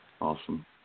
Awesome